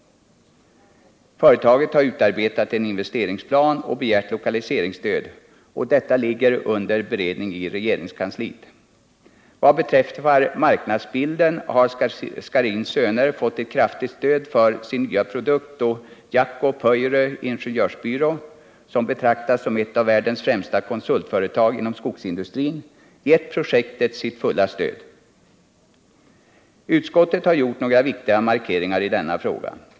Företaget har utarbetat en investeringsplan och begärt lokaliseringsstöd, och denna begäran är under beredning i regeringskansliet. Vad beträffar marknadsbilden har Scharins Söner fått ett kraftigt stöd för sin nya produkt på Jaakko Pöyry Ingenjörsbyrå, som betraktas som ett av världens främsta konsultföretag inom skogsindustrin, gett projektet sitt fulla stöd. Utskottet har gjort några viktiga markeringar i denna fråga.